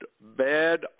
bad